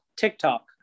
tiktok